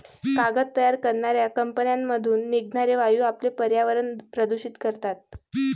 कागद तयार करणाऱ्या कंपन्यांमधून निघणारे वायू आपले पर्यावरण प्रदूषित करतात